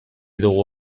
dugu